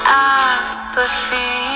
apathy